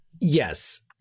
yes